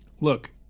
Look